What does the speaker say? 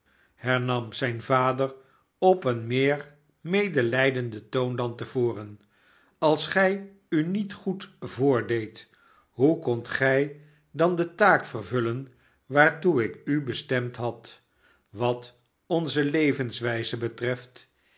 hernam zijn vader op een meer medelijdenden toon dan te voren aals gij u niet goed voordeedt hoe kondt gij dan de taak vervullen waartoe ik u bestemd had wat onze levenswijze betreft